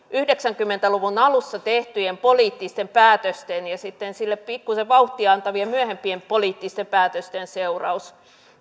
yhdeksänkymmentä luvun alussa tehtyjen poliittisten päätösten ja sitten sille pikkuisen vauhtia antaneiden myöhempien poliittisten päätösten seuraus